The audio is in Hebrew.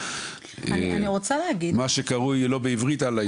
הוא בטוח ייפול בין הכיסאות.